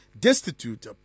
destitute